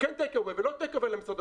וכן טייק אווי או לא טייק אווי למסעדות,